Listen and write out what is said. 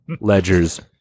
Ledger's